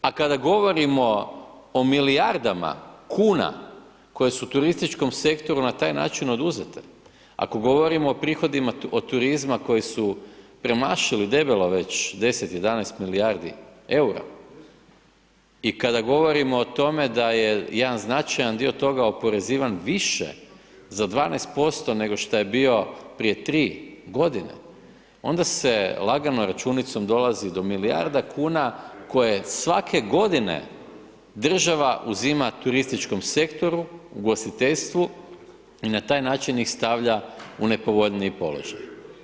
A kada govorimo o milijardama kuna koje su turističkom sektoru na taj način oduzete, ako govorimo o prihodima od turizma koje su premašili debelo već deset, jedanaest milijardi EUR-a, i kada govorimo o tome da je jedan značajan dio toga oporezivan više za 12% nego šta je bio prije tri godine, onda se lagano računicom dolazi do milijarda kuna koje svake godine država uzima turističkom sektoru, ugostiteljstvu, i na taj način ih stavlja u nepovoljniji položaj.